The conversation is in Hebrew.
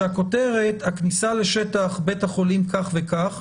שהכותרת היא: הכניסה לשטח בית החולים כך וכך,